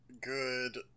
good